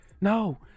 No